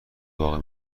واقع